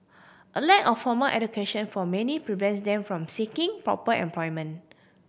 a lack of formal education for many prevents them from seeking proper employment